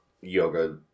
yoga